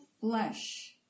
flesh